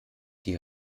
die